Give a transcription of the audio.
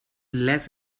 less